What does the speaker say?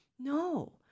No